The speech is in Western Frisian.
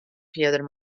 fierder